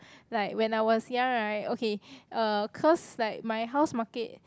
like when I was young right okay uh cause like my house market